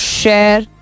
share